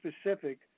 specific